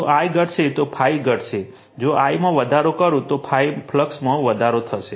જો I ઘટશે તો ∅ ઘટશે જો I માં વધારો કરું તો ∅ માં વધારો થશે